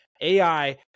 AI